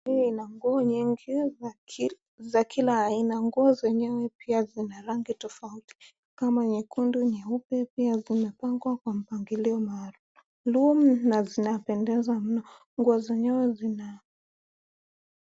Nguo za kila aina; nguo zenyewe zina rangi tofauti kama nyekundu, nyeupe. Pia zimepangwa kwa mpangilio maalum na zinapendeza. Nguo zenyewe zina...